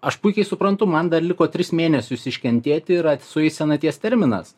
aš puikiai suprantu man dar liko tris mėnesius iškentėti yra sueis senaties terminas